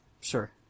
Sure